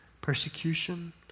persecution